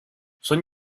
son